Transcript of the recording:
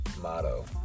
motto